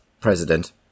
president